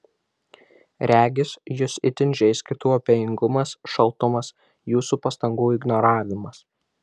regis jus itin žeis kitų abejingumas šaltumas jūsų pastangų ignoravimas